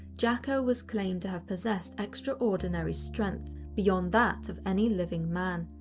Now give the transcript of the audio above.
jacko was claimed to have possessed extraordinary strength beyond that of any living man.